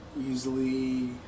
easily